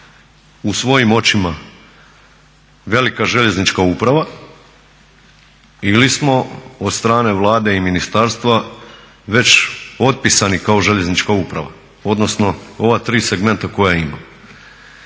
u svojim očima velika željeznička uprava ili smo od strane Vlade i ministarstva već otpisani kao željeznička uprava odnosno ova tri segmenta koja imamo?